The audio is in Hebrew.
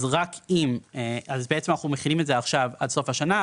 אז בעצם אנחנו מחילים את זה עכשיו עד סוף השנה,